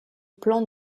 plan